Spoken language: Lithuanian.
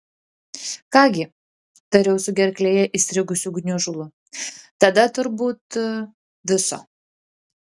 ką gi tariau su gerklėje įstrigusiu gniužulu tada turbūt viso